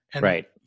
Right